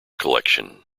collection